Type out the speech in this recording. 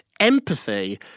Empathy